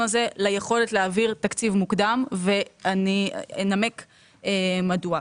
הזה ליכולת להעביר תקציב מוקדם ואני אנמק מדוע.